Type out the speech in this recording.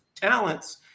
talents